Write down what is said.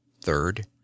Third